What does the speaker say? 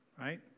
right